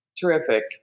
terrific